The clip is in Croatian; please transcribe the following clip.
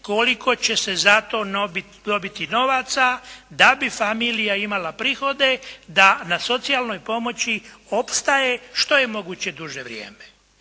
koliko će se za to dobiti novaca da bi familija imala prihode, da na socijalnoj pomoći opstaje što je moguće duže vrijeme.